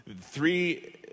Three